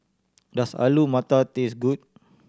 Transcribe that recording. does Alu Matar taste good